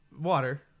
Water